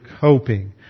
coping